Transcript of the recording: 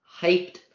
hyped